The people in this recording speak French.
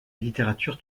littérature